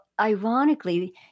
ironically